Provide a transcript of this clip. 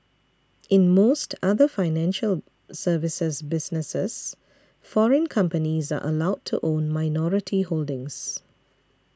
in most other financial services businesses foreign companies are allowed to own minority holdings